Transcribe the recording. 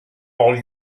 all